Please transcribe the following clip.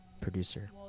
producer